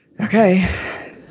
Okay